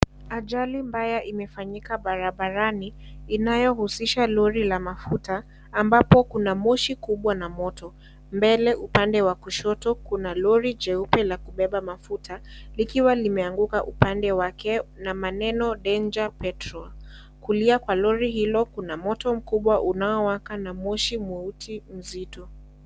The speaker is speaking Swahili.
Ajali mbaya imefanyika barabarani inayohusisha lori la mafuta ambapo kuna moshi kubwa na moto, mbele upande wa kushoto kuna lori jeupe la kubeba mafuta, likiwa limeanguka upande wake na maneno danger petrol kulia kwa lori hilo kuna moto mkubwa unaowaka na moshi mweusi mzito.